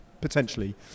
potentially